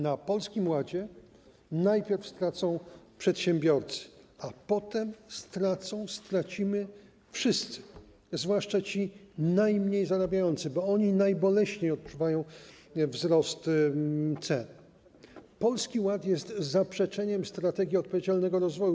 Na Polskim Ładzie najpierw stracą przedsiębiorcy, a potem stracimy wszyscy, zwłaszcza ci najmniej zarabiający, bo oni najboleśniej odczuwają wzrost cen. Polski Ład jest zaprzeczeniem Strategii odpowiedzialnego rozwoju.